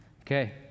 okay